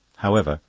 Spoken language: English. however,